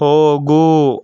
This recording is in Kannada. ಹೋಗು